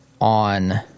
on